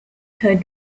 her